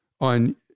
on